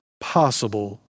possible